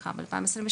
ב-2022,